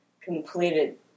completed